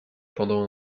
pendant